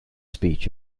speech